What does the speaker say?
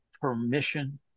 permission